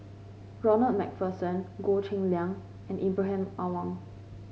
Ronald MacPherson Goh Cheng Liang and Ibrahim Awang